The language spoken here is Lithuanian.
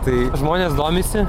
tai žmonės domisi